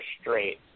straight